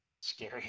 scary